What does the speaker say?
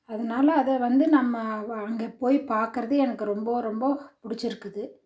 அதனால அதை வந்து நம்ம அங்கே போய் பார்க்கறது எனக்கு ரொம்ப ரொம்ப பிடிச்சிருக்குது